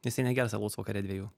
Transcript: jisai negers alaus vakare dviejų